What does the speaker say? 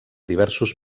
diversos